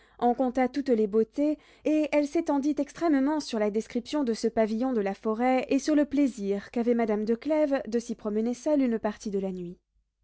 en conta toutes les beautés et elle s'étendit extrêmement sur la description de ce pavillon de la forêt et sur le plaisir qu'avait madame de clèves de s'y promener seule une partie de la nuit